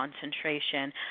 concentration